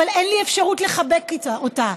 אבל אין לי אפשרות לחבק אותה,